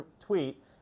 tweet